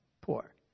poor